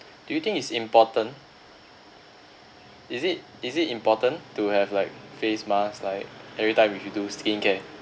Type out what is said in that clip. do you think it's important is it is it important to have like face mask like every time if you do skincare